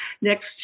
Next